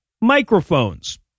microphones